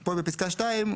פה בפסקה (2)